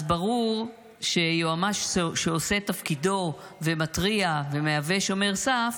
אז ברור שיועמ"ש שעושה את תפקידו ומתריע ומהווה שומר סף